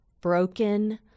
broken